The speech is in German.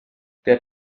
der